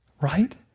right